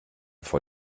vor